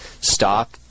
stop